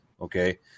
Okay